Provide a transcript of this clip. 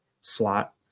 slot